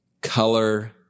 color